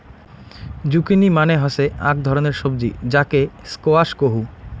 zucchini মানে হসে আক ধরণের সবজি যাকে স্কোয়াশ কহু